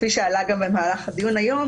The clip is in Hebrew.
כפי שעלה גם במהלך הדיון היום,